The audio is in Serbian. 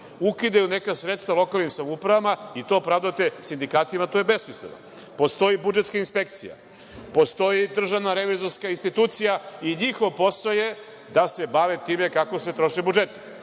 ukidaju neka sredstva lokalnim samoupravama, i to pravdate sindikatima, to je besmisleno. Postoji budžetska inspekcija, postoji DRI i njihov posao je da se bave time kako se troše budžeti